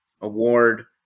Award